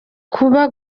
kuba